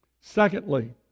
Secondly